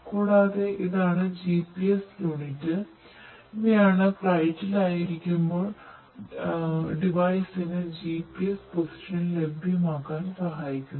കൂടാതെ ഇതാണ് GPS unit ഇവയാണ് ഫ്ലൈറ്റിൽ ആയിരിക്കുമ്പോൾ ഡേവിസിന് GPS പൊസിഷൻ ലഭ്യമാവാൻ സഹായിക്കുന്നത്